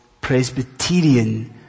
Presbyterian